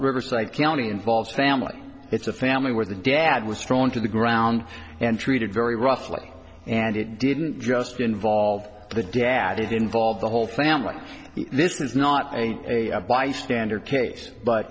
riverside county involved family it's a family where the dad was strong to the ground and treated very roughly and it didn't just involve the dad it involved the whole family this was not a bystander case but